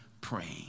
praying